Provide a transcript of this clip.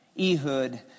Ehud